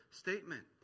statement